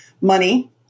money